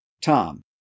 Tom